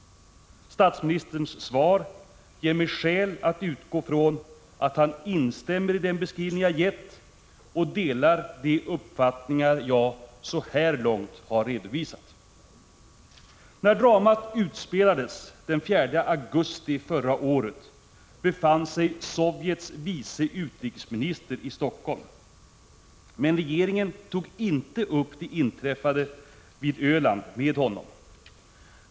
Statsministerns svar ger mig skäl att utgå från att han instämmer i den beskrivning jag gett och delar de uppfattningar jag, så här långt, har redovisat. När dramat utspelades, den 4 augusti förra året, befann sig Sovjets vice utrikesminister i Sverige. Men regeringen tog inte upp det som inträffat vid Öland med honom.